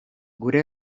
gure